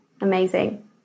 Amazing